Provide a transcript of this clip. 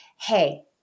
hey